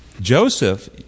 Joseph